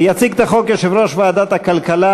יציג את החוק יושב-ראש ועדת הכלכלה,